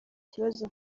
kibazo